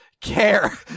care